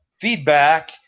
feedback